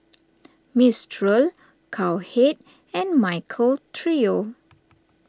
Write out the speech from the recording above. Mistral Cowhead and Michael Trio